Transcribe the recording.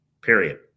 period